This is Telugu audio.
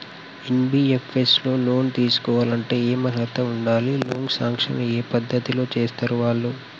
ఎన్.బి.ఎఫ్.ఎస్ లో లోన్ తీస్కోవాలంటే ఏం అర్హత ఉండాలి? లోన్ సాంక్షన్ ఏ పద్ధతి లో చేస్తరు వాళ్లు?